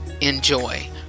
enjoy